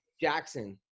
Jackson